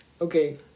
Okay